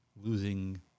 losing